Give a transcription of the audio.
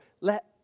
let